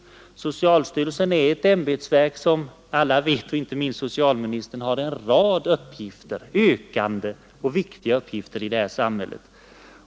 Socialstyrelsen är ett ämbetsverk — som alla vet, inte minst socialministern — som har en rad ökande och viktiga uppgifter i samhället.